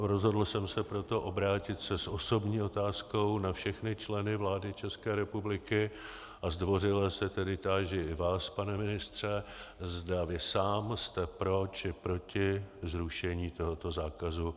Rozhodl jsem se proto obrátit s osobní otázkou na všechny členy vlády České republiky a zdvořile se tedy táži i vás, pane ministře, zda vy sám jste pro, či proti zrušení tohoto zákazu.